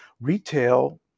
Retail